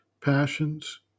passions